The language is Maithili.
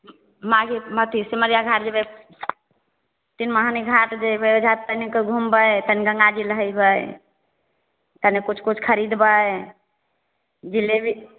माघे मति सिमरिया घाट जेबय तिनमहनी घाट जेबय घाट तनिक घुमबय तनि गंगाजी नहेबय तनि किछु किछु खरीदबय जिलेबी